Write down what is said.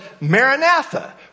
Maranatha